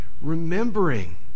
remembering